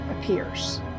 appears